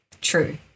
true